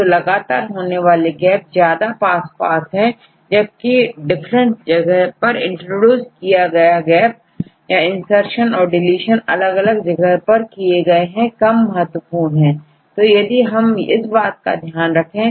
तो लगातार होने वाले गैप ज्यादा पास है जबकि डिफरेंट जगह पर इंट्रोड्यूस किए गए गैप या insertion और डीलीशनजो अलग अलग जगह पर किए गए हैं कम महत्वपूर्ण होते हैं तो यदि हम इस बात को ध्यान रखें